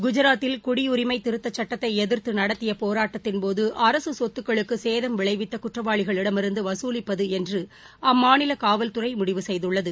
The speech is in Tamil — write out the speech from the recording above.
குஜராத்தில் குடியுரிமை திருத்தச் சட்டத்தை எதிர்த்து நடத்திய போராட்டத்தின்போது அரசு சொத்துக்களுக்கு சேதம் விளைவித்த குற்றவாளிகளிடமிருந்து வசூலிப்பது என்று அம்மாநில காவல்துறை முடிவு செய்துள்ளது